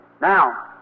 Now